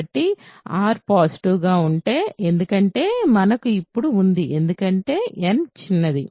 కాబట్టి r positive గా ఉంటే ఎందుకంటే మనకు అప్పుడు ఉంది ఎందుకంటే n చిన్నది